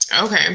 Okay